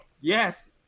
Yes